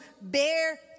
bear